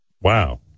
Wow